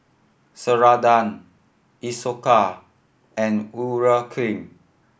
Ceradan Isocal and Urea Cream